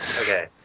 Okay